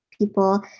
people